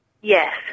Yes